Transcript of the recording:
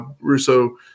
Russo